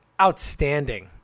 outstanding